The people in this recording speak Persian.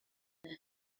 یقینا